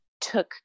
took